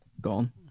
gone